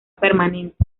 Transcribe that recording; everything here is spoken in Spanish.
permanente